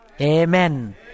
Amen